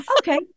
Okay